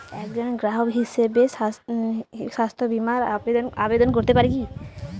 একজন গ্রাহক হিসাবে স্বাস্থ্য বিমার আবেদন করতে পারি কি?